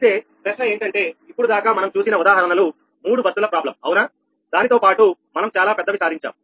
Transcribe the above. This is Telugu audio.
అయితే ప్రశ్న ఏంటంటే ఇప్పుడు దాకా మనం చూసిన ఉదాహరణలు మూడు బస్సుల సమస్య అవునా దానితోపాటు మనం చాలా పెద్దవి సాధించాము